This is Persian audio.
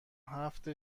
هفت